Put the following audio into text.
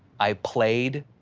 i played